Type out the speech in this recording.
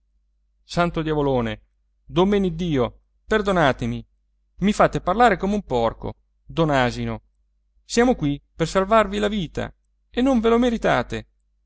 santo diavolone domeneddio perdonatemi i fate parlare come un porco don asino siamo qui per salvarvi la vita e non ve lo meritate